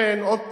לכן, עוד פעם,